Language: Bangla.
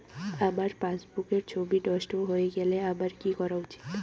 আমার পাসবুকের ছবি নষ্ট হয়ে গেলে আমার কী করা উচিৎ?